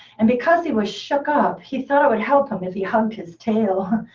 and because he was shook up, he thought it would help um if he hugged his tail.